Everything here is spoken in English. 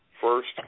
first